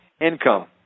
income